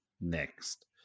next